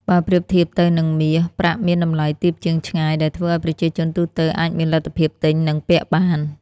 បើប្រៀបធៀបទៅនឹងមាស ប្រាក់មានតម្លៃទាបជាងឆ្ងាយ ដែលធ្វើឲ្យប្រជាជនទូទៅអាចមានលទ្ធភាពទិញ និងពាក់បាន។